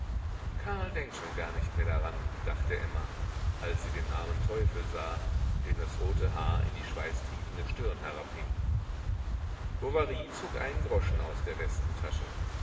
karl denkt schon gar nicht mehr daran dachte emma als sie den armen teufel sah dem das rote haar in die schweißtriefende stirn herabhing bovary zog einen groschen aus der westentasche